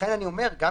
אתה